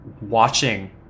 watching